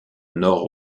nord